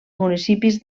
municipis